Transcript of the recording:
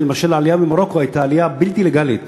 לכן, למשל, העלייה ממרוקו הייתה עלייה בלתי לגלית.